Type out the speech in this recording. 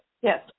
Yes